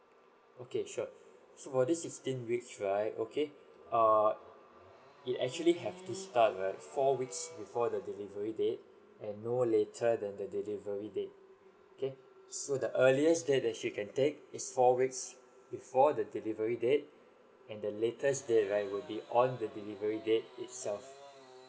okay sure so for this sixteen weeks right okay err it actually have to start right four weeks before the delivery date and no later than the delivery date okay so the earliest date that she can take is four weeks before the delivery date and the latest date right will be on the delivery date itself